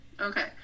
Okay